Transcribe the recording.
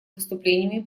выступлениями